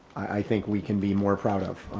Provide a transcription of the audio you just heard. i think we can be more proud of,